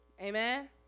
Amen